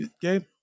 game